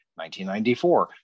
1994